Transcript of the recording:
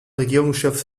regierungschef